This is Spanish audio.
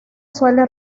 suele